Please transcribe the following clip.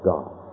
God